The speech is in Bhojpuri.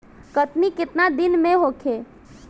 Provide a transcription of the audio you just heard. कटनी केतना दिन में होखे?